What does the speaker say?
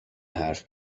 حرف